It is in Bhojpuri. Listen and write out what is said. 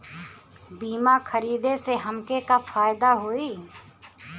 बीमा खरीदे से हमके का फायदा होई?